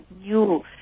new